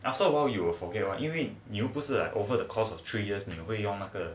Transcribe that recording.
after a while you will forget mah 因为你又不是 like over the course of three years 你会用用那个